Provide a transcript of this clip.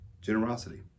generosity